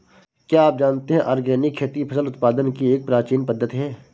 क्या आप जानते है ऑर्गेनिक खेती फसल उत्पादन की एक प्राचीन पद्धति है?